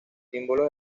símbolos